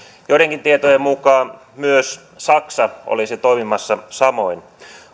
joidenkin tietojen mukaan myös saksa olisi toimimassa samoin